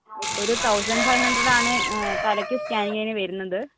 അതിപ്പോ ഒരു thousand five ഹൺഡ്രടാണ് തലയ്ക്ക് സ്സ്കാനിങ്ങിന് വരുന്നത്